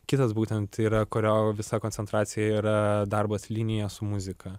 kitas būtent tai yra kurio visa koncentracija yra darbas linija su muzika